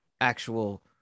actual